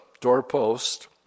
doorpost